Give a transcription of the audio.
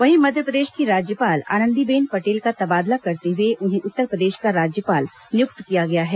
वहीं मध्यप्रदेश की राज्यपाल आनंदीबेन पटेल का तबादला करते हुए उन्हें उत्तरप्रदेश का राज्यपाल नियुक्त किया गया है